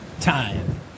time